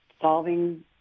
solving